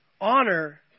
honor